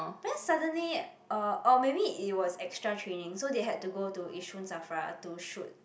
then suddenly uh or maybe it was extra training so they had to go to Yishun Safra to shoot